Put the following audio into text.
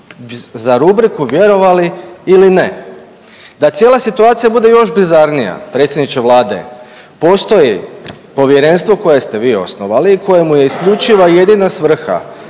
Za rubriku vjerovali ili ne. Da cijela situacija bude još bizarnija predsjedniče Vlade, postoji povjerenstvo koje ste vi osnovali i kojemu je isključiva i jedina svrha